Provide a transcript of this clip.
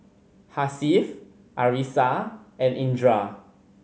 Hasif Arissa and Indra